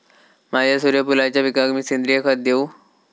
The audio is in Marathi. माझ्या सूर्यफुलाच्या पिकाक मी सेंद्रिय खत देवू?